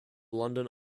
london